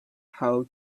how